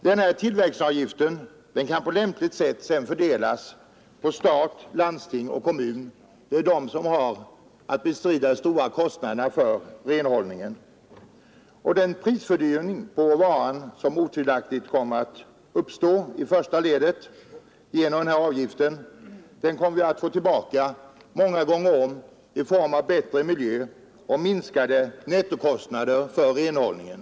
Denna tillverkningsavgift kan på lämpligt sätt sedan fördelas på stat, landsting och kommuner, dvs. de som har att bestrida de stora kostnaderna för renhållningen. Den prishöjning på varan som otvivelaktigt skulle uppstå i detta första led kommer vi att få tillbaka många gånger om i form av bättre miljö och minskade nettokostnader för renhållningen.